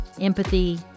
empathy